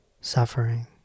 suffering